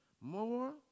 more